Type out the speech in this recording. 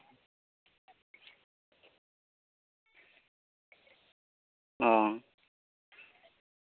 ᱚ